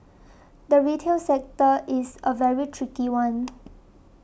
the retail sector is a very tricky one